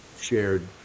shared